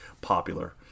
popular